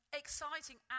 exciting